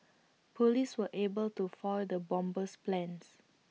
Police were able to foil the bomber's plans